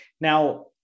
Now